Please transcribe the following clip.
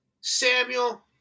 Samuel